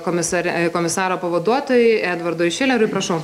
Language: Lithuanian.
komisaro komisaro pavaduotojui edvardui šileriui prašau